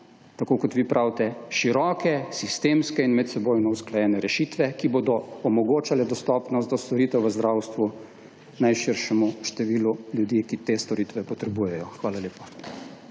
tako, kot vi pravite, široke, sistemske in medsebojno usklajene rešitve, ki bodo omogočale dostopnost do storitev v zdravstvu najširšemu številu ljudi, ki te storitve potrebujejo. Hvala lepa.